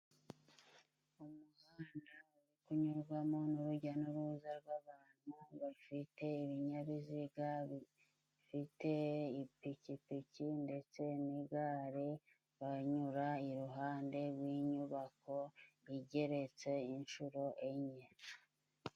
Umuhanda uri kunyurwamo n'urujya n'uruza rw'abantu bafite ibinyabiziga bifite ipikipiki ndetse n'igare ,banyura iruhande rw'inyubako igeretse inshuro enye.